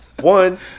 One